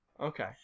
okay